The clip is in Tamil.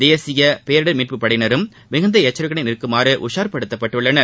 தேசிய பேரிடர் மீட்புப் படையினரும் மிகுந்த எச்சரிக்கையுடன் இருக்கும்படி உஷார்படுத்தப்பட்டுள்ளனர்